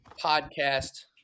podcast